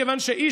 מכיוון שאיש,